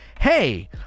Hey